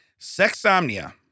Sexomnia